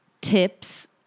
tips